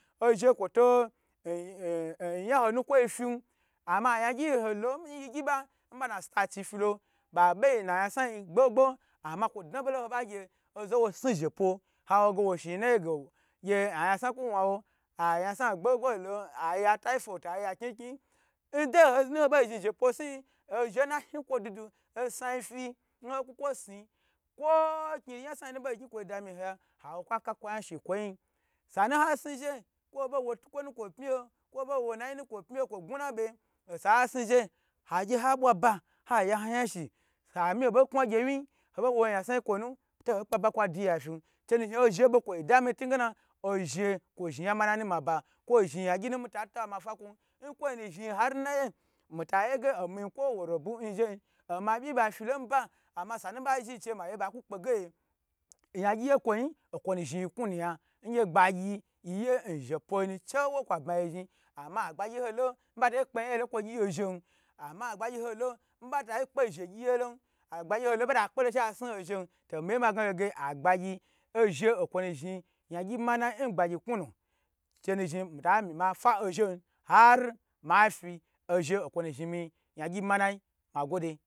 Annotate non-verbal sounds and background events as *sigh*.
Ozhe kwo tu *hesitation* yan ho nukwo yi fin ama ayan gyi ho lo nyi gyi ba ba stachi fi lo abo yi na yan sna yi gbo gbo ama kwo dna bo lo nho ba gye ozawo sni zhe pwo ha wo ge gye ayan sna ku wan wo ayam sna gbo gbo lo ayi ataifot ayi kni kni ndei nho ho bo zhni zhe pwo sni yi ozhe na shi kwo dudu n sna yi fi n haka kwo sni kwo kni yan sna yi nu bo gni kwo da mi boyi ho wa ka kwo yan shi kwo yi yi sanu ha sni zhe kwo ho bo wo tukwona kwo pmyi ho ha gye ha bwa ba haya ho yan shi kahi ho bo kwa gewi ho bo wo ya sna yi kwo nu to ho kpe ba kwa di ya fin chena zji azhe bo kwo dama ntine ge na ozhe kwo zhni yan mamayi na maba kwo zhni yam gyi nu mi ta taba ma fa kwon nkwo nu ar na ye mita ye ge ami yin kwo wo robu nzhe yin, oma nyo bna filo nba ama sanu ba zhi nchei maye maku kpe ga yan gyi ye kwo yi nkwo na zhni mi kna na yan ngye bga gyi yiye nshe pwo yino chewo kwa ba yi zhni ama agbagyi holo nbatoi yan yelo nkwo gyi ozhen ama agbayi ho lo n ba ta kpe shegyi yelon, agbayi ho lo nba ta kpe she ha sni ozhen to miye ma gna fe ga agbagyi, ozhe okwonu zhi yan gyi manayi ngbagyi knwu wo chenu zhni mifa mi mafa ozhe har mafi ozhe nkwo nu zhni mi yagyi manayi magwode.